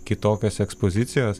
kitokios ekspozicijos